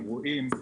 אירועים,